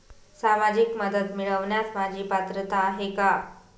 सामाजिक मदत मिळवण्यास माझी पात्रता आहे का?